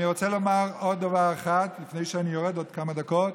אני רוצה לומר עוד דבר אחד לפני שאני יורד בעוד כמה דקות: